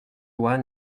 loi